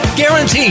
guaranteed